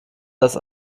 dass